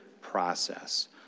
process